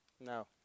no